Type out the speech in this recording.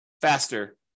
faster